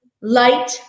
light